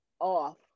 off